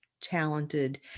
talented